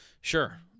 sure